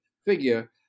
figure